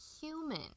human